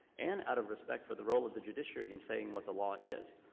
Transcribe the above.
and out of respect for the role of the judiciary in saying what the law is.